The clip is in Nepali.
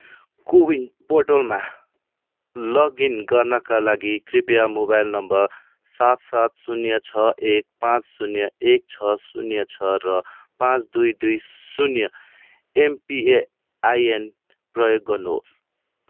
को विन पोर्टलमा लगइन गर्नाका लागि कृपया मोबाइल नम्बर सात सात शून्य छ एक पाँच शून्य एक छ शून्य छ र पाँच दुई दुई शून्य एमपिएआइएन प्रयोग गर्नुहोस्